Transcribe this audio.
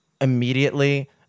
immediately